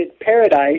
paradise